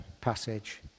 passage